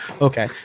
Okay